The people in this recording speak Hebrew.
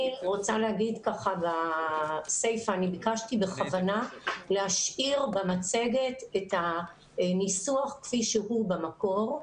אני ביקשתי בכוונה להשאיר במצגת את הניסוח כפי שהוא במקור,